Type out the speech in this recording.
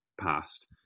past